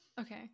Okay